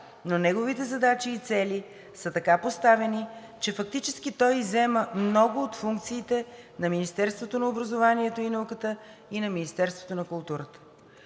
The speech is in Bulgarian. но неговите задачи и цели са така поставени, че фактически той иззема много от функциите на Министерството на образованието и на Министерството на културата.